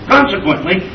Consequently